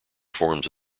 forms